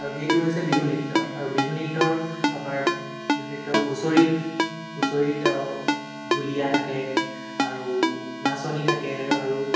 আৰু সেইটো হৈছে বিহু নৃত্য আৰু বিহু নৃত্যৰ আমাৰ বিহু নৃত্যৰ হুঁচৰি হুঁচৰিত ঢুলীয়া থাকে আৰু নাচনী থাকে আৰু